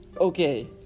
Okay